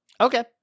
Okay